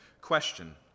question